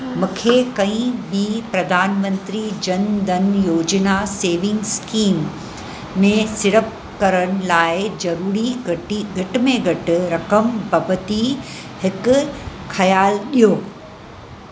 मूंखे कंहिं बि प्रधानमंत्री जन धन योजना सेविंग स्कीम में सीड़प करण लाइ ज़रूरी घटि घटि में घटि रक़म बाबति हिकु ख़यालु ॾियो